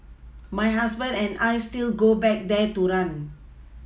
my husband and I still go back there to run